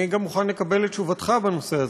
אני מוכן לקבל גם את תשובתך בנושא הזה,